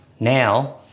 Now